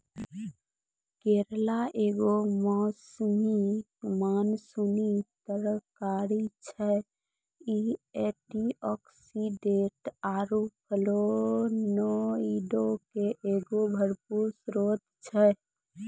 करेला एगो मौसमी मानसूनी तरकारी छै, इ एंटीआक्सीडेंट आरु फ्लेवोनोइडो के एगो भरपूर स्त्रोत छै